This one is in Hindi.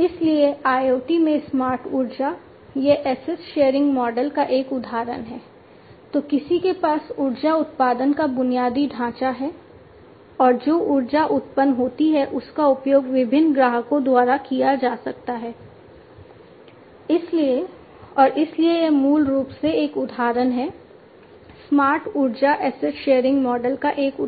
इसलिए IoT में स्मार्ट ऊर्जा यह एसेट शेयरिंग मॉडल का एक उदाहरण